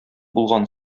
булган